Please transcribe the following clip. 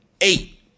eight